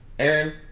Aaron